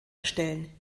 erstellen